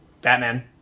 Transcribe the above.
Batman